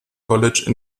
college